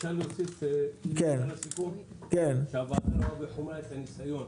אפשר להוסיף לסיכום שהוועדה רואה בחומרה את הניסיון